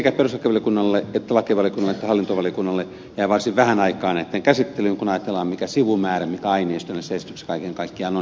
sekä perustuslakivaliokunnalle että lakivaliokunnalle että hallintovaliokunnalle jäi varsin vähän aikaa näitten käsittelyyn kun ajatellaan mikä sivumäärä mikä aineisto näissä esityksissä kaiken kaikkiaan on